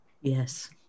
Yes